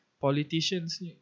politicians